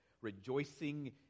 rejoicing